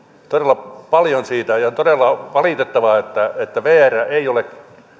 todella paljon siitä on todella valitettavaa että että vr ei ole